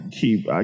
keep